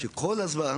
שכול הזמן